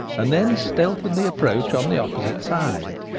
and then stealthily approach on the opposite side.